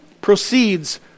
proceeds